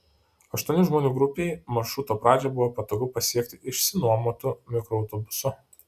aštuonių žmonių grupei maršruto pradžią buvo patogu pasiekti išsinuomotu mikroautobusu